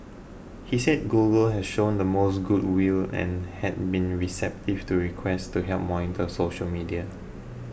he said Google has shown the most good will and had been receptive to requests to help monitor social media